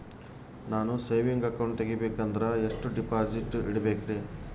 ನಾನು saving account ತೆಗಿಬೇಕಂದರ ಎಷ್ಟು ಡಿಪಾಸಿಟ್ ಇಡಬೇಕ್ರಿ?